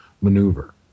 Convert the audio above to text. maneuver